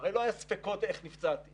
הווי אומר היו חסרים תשעה רופאים במשרות תקניות.